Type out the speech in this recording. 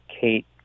Kate